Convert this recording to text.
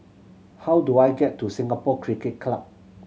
how do I get to Singapore Cricket Club